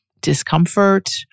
discomfort